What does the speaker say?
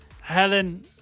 Helen